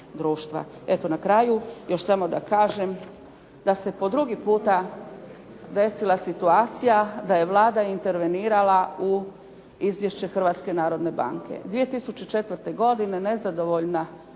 Eto na kraju još samo da kažem da se po drugi puta desila situacija da je Vlada intervenirala u izvješće Hrvatske narodne banke. 2004. godine nezadovoljna kako